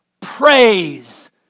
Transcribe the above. praise